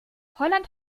holland